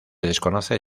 desconoce